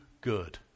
good